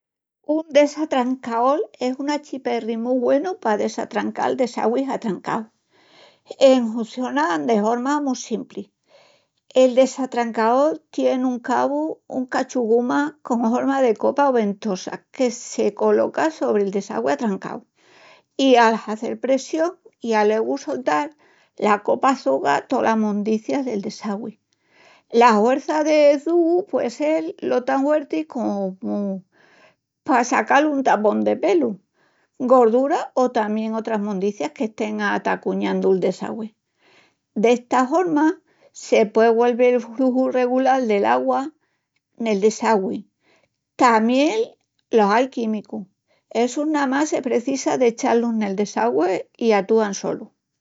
Un desatrancaol es un achiperri mu güenu pa desatrancal desagüis atrancaus. Enhunciona de horma mu simpli. El desatrancaol tie, en un cabu, un cachu guma con horma de copa o ventosa que se coloca sobri'l desagüi atrancau, i al hazel pressión i alegu soltal, la copa çuga tola mondicia del desagüi. La huerça de çugu puei sel lo tan huerti comu pa sacal un tapón de pelu, gordura o tamién otras mondicias qu'estén atacuñandu'l desagüi. D'esta horma, se puei... güelvi'l fruxu regulal del augua nel desagüi. Tamién los ai químicus, essus namas se precisa d'echá-lus nel desagüi i atúan solus.